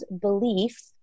belief